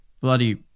bloody